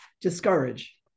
discourage